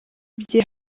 ibye